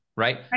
Right